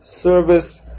service